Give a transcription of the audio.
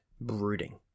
brooding